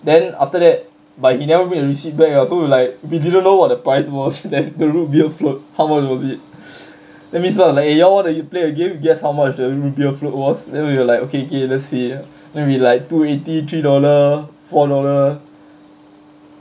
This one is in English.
then after that but he never bring the receipt back ah so we're like we didn't know what the price was that the root beer float how much was it then miss mak was like you all want to play a game guess how much the root beer float was then we were like okay okay let's see maybe like two eighty three dollar four dollar